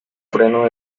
freno